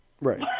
Right